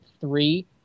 three